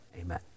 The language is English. amen